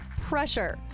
pressure